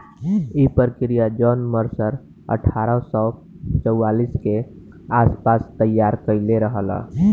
इ प्रक्रिया John Mercer अठारह सौ चौवालीस के आस पास तईयार कईले रहल